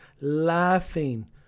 laughing